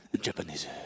Japanese